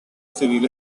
civil